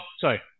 sorry